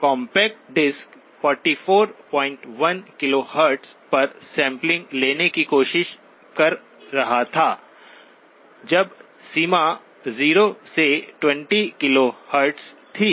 compact disc 441 KHz पर sampling लेने की कोशिश कर रहा था जब सीमा 0 से 20 KHz थी